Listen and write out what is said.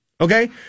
okay